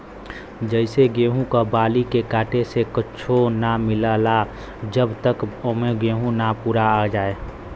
जइसे गेहूं क बाली के काटे से कुच्च्छो ना मिलला जब तक औमन गेंहू ना पूरा आ जाए